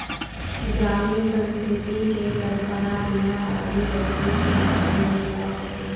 गरामीन संस्कृति के कल्पना बिन बाड़ी बखरी के करे नइ जा सके